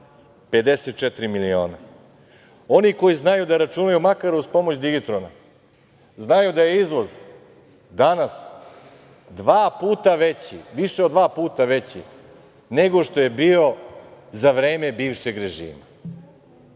54 miliona. Oni koji znaju da računaju, makar i na digitronu, znaju da je izvoz danas dva puta veći, više od dva puta veći nego što je bio za vreme bivšeg režima,